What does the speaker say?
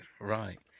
right